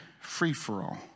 free-for-all